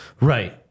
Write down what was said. Right